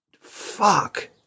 Fuck